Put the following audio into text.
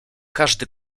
każdy